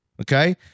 Okay